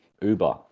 uber